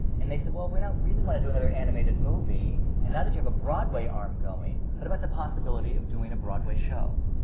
and they said, well, we don't really want to do another animated movie, and now that you have a broadway arm going, what about the possibility of doing a broadway show?